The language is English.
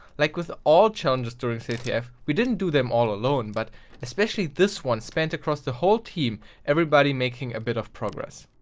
like with all challenges during the ctf, we didn't do them all alone, but especially this one spanned across the whole team everybody making a bit of progress.